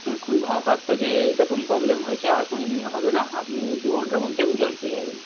আমি খুবই ক্ষমাপ্রার্থী যে এরকম প্রবলেম হয়েছে আর কোনোদিনও হবে না আপনি দু ঘণ্টার মধ্যে আপনি জল পেয়ে যাবেন